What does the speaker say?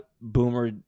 boomer –